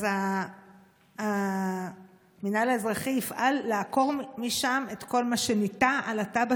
אז המינהל האזרחי יפעל לעקור משם את כל מה שניטע על התב"ע